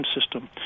system